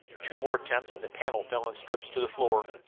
two more attempts and the panel fell in strips to the floor.